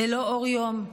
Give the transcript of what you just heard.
ללא אור יום,